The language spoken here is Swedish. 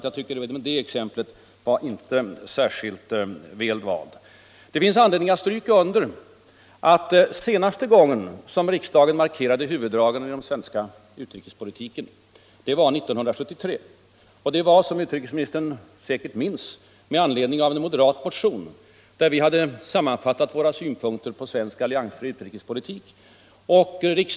Jag tycker inte att det exemplet var särskilt väl valt. Det finns anledning att stryka under att den senaste gången som riksdagen markerade huvuddragen i den svenska utrikespolitiken var 1973. Det var, som utrikesministern säkert minns, med anledning av en moderat motion, där vi hade sammanfattat våra synpunkter på svensk alliansfri utrikespolitik.